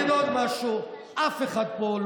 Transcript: ואני אגיד עוד משהו: אף אחד פה,